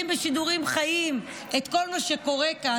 בשידורים חיים את כל מה שקורה כאן,